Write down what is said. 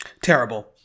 Terrible